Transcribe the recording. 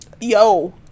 yo